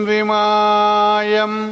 Vimayam